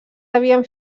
havien